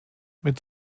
mit